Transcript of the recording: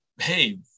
hey